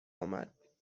آمد